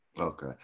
Okay